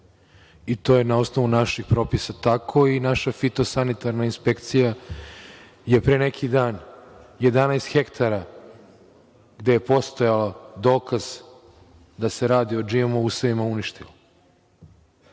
i to je na osnovu naših propisa tako, i naše fitosanitarna inspekcija je pre neki dan 11 hektara, gde je postojao dokaz da se radi o GMO usevima, uništilo,